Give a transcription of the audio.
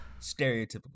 stereotypical